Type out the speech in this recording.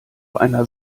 einer